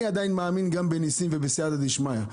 אני עדיין מאמין גם בניסים ובסיעתא דשמיא.